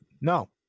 no